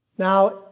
Now